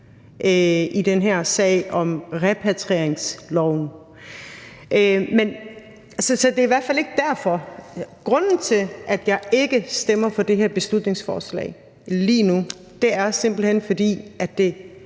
i den her sag om repatrieringsloven. Så det er i hvert fald ikke derfor. Grunden til, at jeg ikke stemmer for det her beslutningsforslag lige nu, er simpelt hen, at det